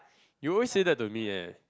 you always say that to me eh